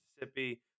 Mississippi